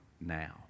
now